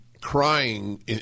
crying